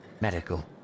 medical